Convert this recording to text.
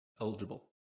Eligible